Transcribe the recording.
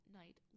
night